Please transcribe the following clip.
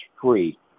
free